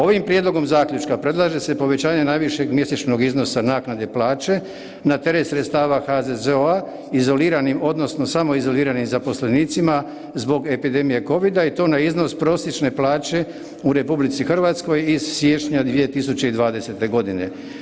Ovim prijedlogom zaključka predlaže se povećanje najvišeg mjesečnog iznosa naknade plaće na teret sredstava HZZO-a izoliranim odnosno samoizoliranim zaposlenicima zbog epidemije kovida i to na iznos prosječne plaće u RH iz siječnja 2020. godine.